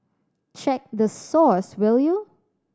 check the source will you